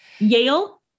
Yale